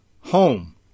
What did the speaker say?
Home